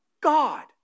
God